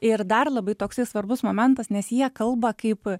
ir dar labai toksai svarbus momentas nes jie kalba kaip